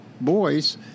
boys